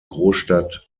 großstadt